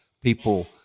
people